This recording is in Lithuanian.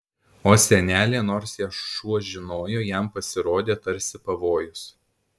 o senelė nors ją šuo žinojo jam pasirodė tarsi pavojus